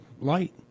light